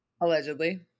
allegedly